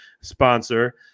sponsor